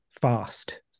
fast